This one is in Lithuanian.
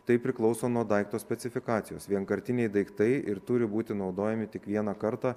tai priklauso nuo daikto specifikacijos vienkartiniai daiktai ir turi būti naudojami tik vieną kartą